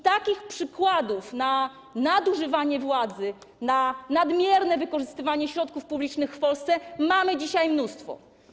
Takich przykładów na nadużywanie władzy, na nadmierne wykorzystywanie środków publicznych w Polsce mamy dzisiaj mnóstwo.